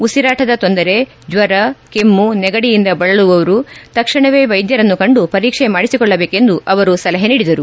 ಉಸಿರಾಟದ ತೊಂದರೆ ಜ್ವರ ಕೆಮ್ಚು ನೆಗಡಿಯಿಂದ ಬಳಲುವವರು ತಕ್ಷಣವೇ ವೈದ್ಯರನ್ನು ಕಂದು ಪರೀಕ್ಷೆ ಮಾದಿಸಿಕೊಳ್ಳಬೇಕೆಂದು ಅವರು ಸಲಹೆ ನೀಡಿದರು